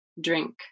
drink